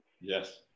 Yes